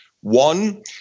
One